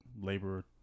labor